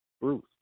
Bruce